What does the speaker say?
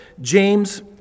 James